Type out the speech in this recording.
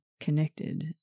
connected